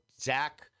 Zach